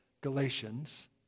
Galatians